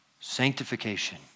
sanctification